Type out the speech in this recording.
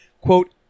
quote